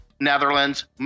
Netherlands